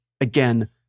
Again